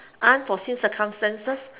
unforeseen circumstances